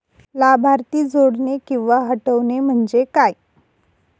लाभार्थी जोडणे किंवा हटवणे, म्हणजे काय?